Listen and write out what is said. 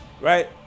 right